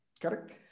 Correct